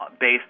based